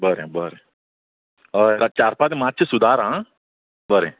बरें बरें हय राव चार पांच मात्शें सुदार हां बरें